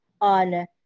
on